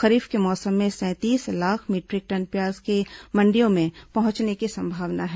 खरीफ के मौसम में सैंतीस लाख मीट्रिक टन प्याज के मंडियों में पहुंचने की संभावना है